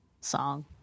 song